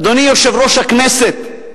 אדוני יושב-ראש הכנסת,